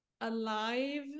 alive